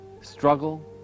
struggle